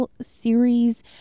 series